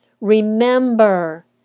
remember